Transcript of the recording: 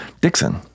Dixon